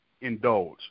indulge